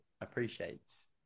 appreciates